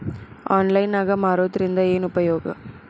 Online ನಾಗ್ ಮಾರೋದ್ರಿಂದ ಏನು ಉಪಯೋಗ?